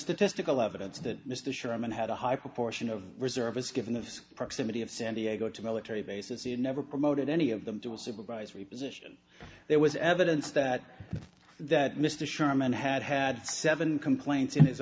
testicle evidence that mr sherman had high proportion of reservists given the scale proximity of san diego to military bases and never promoted any of them to a supervisory position there was evidence that that mr sherman had had seven complaints in his